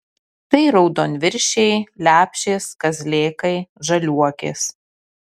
tai raudonviršiai lepšės kazlėkai žaliuokės